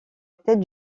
tête